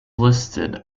listed